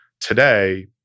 today